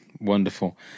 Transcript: wonderful